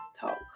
talk